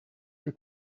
you